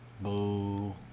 Boo